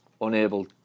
unable